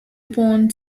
upon